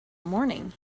morning